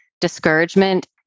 discouragement